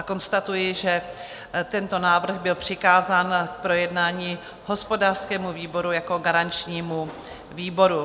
Konstatuji, že tento návrh byl přikázán k projednání hospodářskému výboru jako garančnímu výboru.